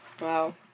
Wow